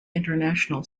international